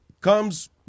comes